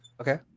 Okay